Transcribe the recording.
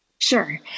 Sure